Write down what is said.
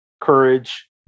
courage